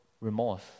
remorse